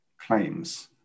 claims